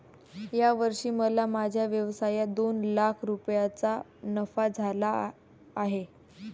या वर्षी मला माझ्या व्यवसायात दोन लाख रुपयांचा नफा झाला आहे